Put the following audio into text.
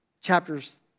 Chapters